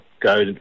go